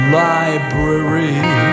library